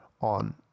on